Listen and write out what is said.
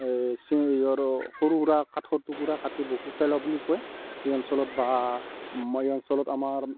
এই চিঞৰ সৰু সুৰা কাঠৰ টুকুৰা কাটি বুকু খেলা বুলিও কয় এই অঞ্চলত বা আমাৰ এই অঞ্চলত আমাৰ